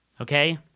Okay